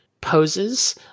poses